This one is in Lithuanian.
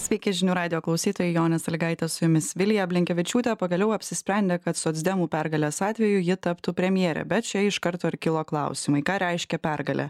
sveiki žinių radijo klausytojai jonė sąlygaitė su jumis vilija blinkevičiūtė pagaliau apsisprendė kad socdemų pergalės atveju ji taptų premjere bet čia iš karto kilo klausimai ką reiškia pergalė